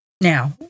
Now